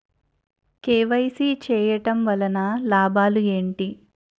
KYC చేయటం వలన లాభాలు ఏమిటి?